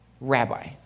Rabbi